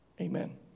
Amen